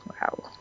Wow